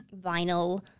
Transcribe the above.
vinyl